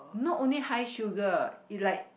not only high sugar it like